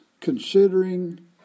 Considering